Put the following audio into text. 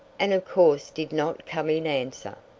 and of course did not come in answer.